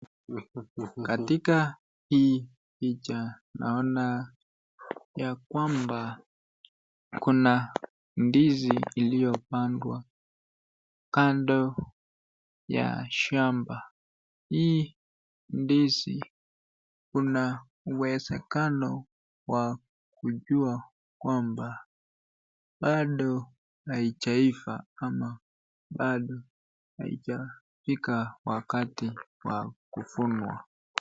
Katika hii picha naona ya kwamba kuna ndizi iliyo pandawa kando ya shamba hi ndizi Iko na uwesekano ya kujua kwamba pado haijaifaa pado haijaifaa wakati ya kufunwa.